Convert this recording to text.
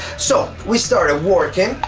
so we started working.